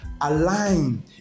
align